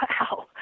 wow